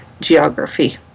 geography